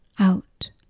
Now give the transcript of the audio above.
out